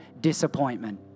disappointment